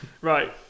Right